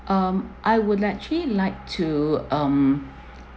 um I would actually like to um